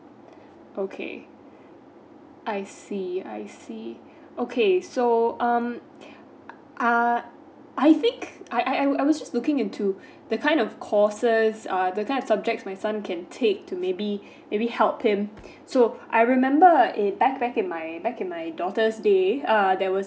okay I see I see okay so um uh I think I I'm I was just looking into the kind of courses uh the kind of subjects my son can take to maybe maybe help him so I remember it back back in my back in my daughters day uh there was